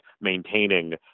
maintaining